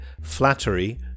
flattery